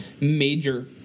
major